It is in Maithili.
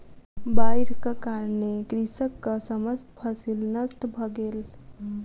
बाइढ़क कारणेँ कृषकक समस्त फसिल नष्ट भ गेल